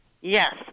Yes